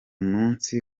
munsi